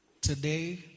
Today